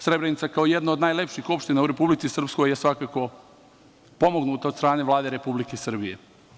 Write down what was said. Srebrenica, kao jedna od najlepših opština u Republici Srpskoj, je svakako pomognuta od strane Vlade Republike Srbije.